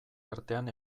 artean